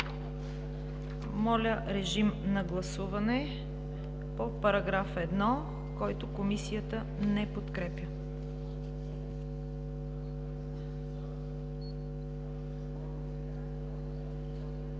Моля, режим на гласуване по § 1, който Комисията не подкрепя.